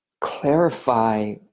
clarify